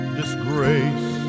disgrace